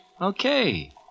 Okay